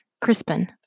Crispin